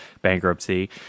bankruptcy